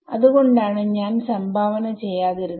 അത്കൊണ്ടാണ് ഞാൻ സംഭാവന ചെയ്യാതിരുന്നത്